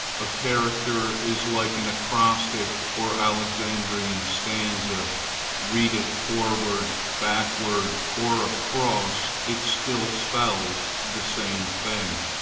a character is like an acrostic or alexandrian stanza read it forward, backward, or across, it still spells the same thing.